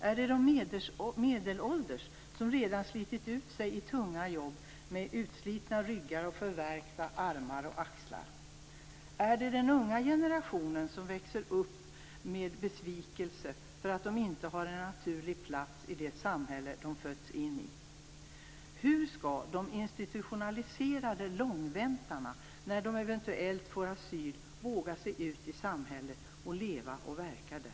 Är det de medelålders som redan slitit ut sig i tunga jobb och som har utslitna ryggar och förvärkta armar och axlar? Är det den unga generationen, som växer upp med besvikelse för att man inte har en naturlig plats i det samhälle man fötts in i? Hur skall de institutionaliserade långväntarna när de eventuellt får asyl våga sig ut i samhället och leva och verka där?